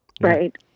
right